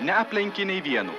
neaplenkė nei vieno